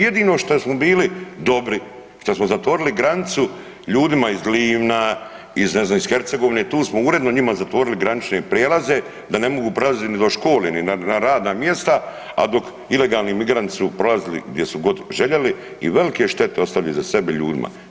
Jedino šta smo bili dobri šta smo zatvorili granicu ljudima iz Livna, iz ne znam, iz Hercegovine, tu smo uredno njima zatvorili granične prijelaze da ne mogu prelazit ni do škole, ni na radna mjesta, a dok ilegalni migranti su prolazili gdje su god željeli i velike štete ostavili iza sebe ljudima.